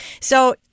So-